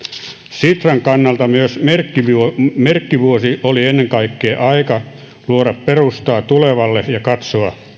sitran kannalta myös merkkivuosi oli ennen kaikkea aika luoda perustaa tulevalle ja katsoa